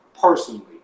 personally